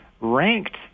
ranked